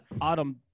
Autumn